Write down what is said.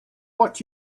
what